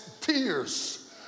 tears